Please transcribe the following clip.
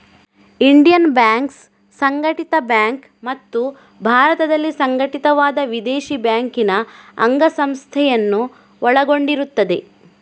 Indian banks ಸಂಘಟಿತ bank ಮತ್ತು ಭಾರತದಲ್ಲಿ ಸಂಘಟಿತವಾದ ವಿದೇಶಿ ಬ್ಯಾಂಕಿನ ಅಂಗಸಂಸ್ಥೆಯನ್ನು ಒಳಗೊಂಡಿರುತ್ತದೆ